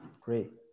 great